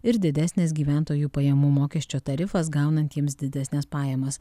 ir didesnis gyventojų pajamų mokesčio tarifas gaunantiems didesnes pajamas